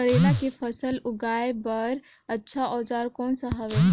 करेला के फसल उगाई बार अच्छा औजार कोन सा हवे?